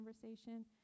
conversation